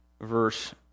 verse